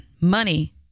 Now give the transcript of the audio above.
money